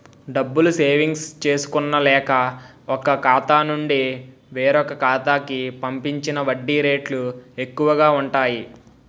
డబ్బులు సేవింగ్స్ చేసుకున్న లేక, ఒక ఖాతా నుండి వేరొక ఖాతా కి పంపించిన వడ్డీ రేట్లు ఎక్కువు గా ఉంటాయి